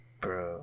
Bro